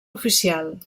oficial